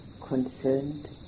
concerned